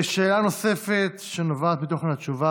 שאלה נוספת שנובעת מתוכן התשובה.